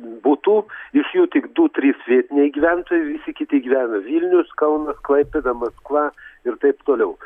butų iš jų tik du trys vietiniai gyventojai o visi kiti gyvena vilnius kaunas klaipėda maskva ir taip toliau